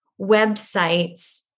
websites